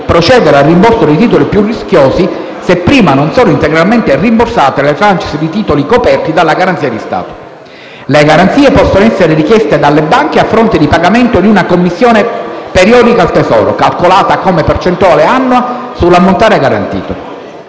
procedere al rimborso dei titoli più rischiosi, se prima non sono integralmente rimborsate le *tranche* di titoli coperti dalla garanzia di Stato. Le garanzie possono essere chieste dalle banche a fronte del pagamento di una commissione periodica al Tesoro, calcolata come percentuale annua sull'ammontare garantito.